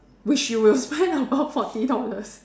which you will spend above forty dollars